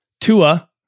Tua